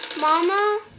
Mama